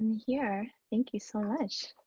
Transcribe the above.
here. thank you so much.